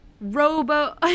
robo